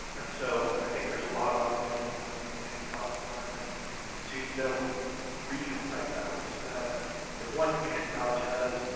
and so i think there's a lot of opportunities in the community college environment to build regional type networks so that if one community college has